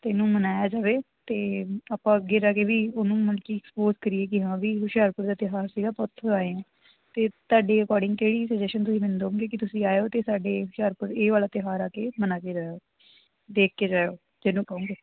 ਇਹਨੂੰ ਮਨਾਇਆ ਜਾਵੇ ਅਤੇ ਆਪਾਂ ਅੱਗੇ ਜਾ ਕੇ ਵੀ ਉਹਨੂੰ ਮਲ ਕਿ ਅਕਸਪੋਜ਼ ਕਰੀਏ ਕਿ ਹਾਂ ਵੀ ਹੁਸ਼ਿਆਰਪੁਰ ਦਾ ਤਿੁੳਹਾਰ ਸੀਗਾ ਆਪਾਂ ਉੱਥੋਂ ਆਏ ਹਾਂ ਅਤੇ ਤੁਹਾਡੇ ਅਕੋਰਡਿੰਗ ਕਿਹੜੀ ਸਜੈਸ਼ਨ ਤੁਸੀਂ ਮੈਨੂੰ ਦਿਉਗੇ ਕਿ ਤੁਸੀਂ ਆਇਓ ਅਤੇ ਸਾਡੇ ਹੁਸ਼ਿਆਰਪੁਰ ਇਹ ਵਾਲਾ ਤਿਉਹਾਰ ਆ ਕੇ ਮਨਾ ਕੇ ਜਾਇਓ ਦੇਖ ਕੇ ਜਾਇਓ ਜਿਹਨੂੰ ਕਹੋਗੇ